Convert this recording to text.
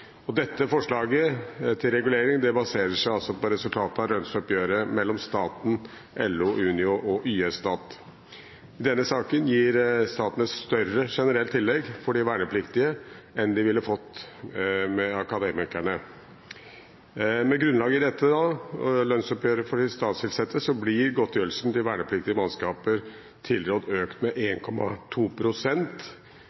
og dette forslaget til regulering baserer seg altså på resultatet av lønnsoppgjøret mellom staten og LO Stat, Unio og YS Stat. Med denne saken gir staten et større generelt tillegg til de vernepliktige enn det de ville fått med Akademikerne. Med grunnlag i lønnsoppgjøret for de statsansatte blir godtgjørelsen til vernepliktige mannskaper tilrådd økt med